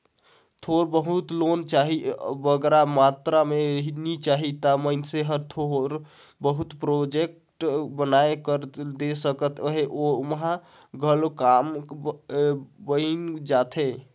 थोर बहुत लोन चाही बगरा मातरा में नी चाही ता मइनसे हर थोर बहुत ही प्रोजेक्ट बनाए कर दे सकत हे ओम्हां घलो काम बइन जाथे